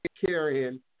carrying